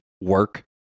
work